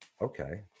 Okay